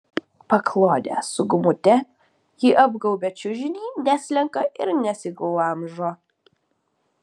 paklodė su gumute ji apgaubia čiužinį neslenka ir nesiglamžo